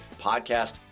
podcast